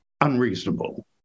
unreasonable